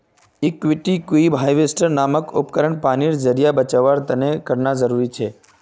aquatic weed harvester नामक उपकरण पानीर ज़रियार बचाओर तने इस्तेमाल करना ज़रूरी छे